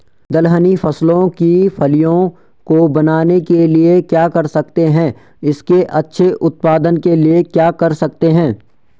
दलहनी फसलों की फलियों को बनने के लिए क्या कर सकते हैं इसके अच्छे उत्पादन के लिए क्या कर सकते हैं?